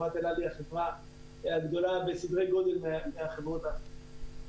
חברת אל על היא החברה הגדולה בסדרי גודל מהחברות האחרות.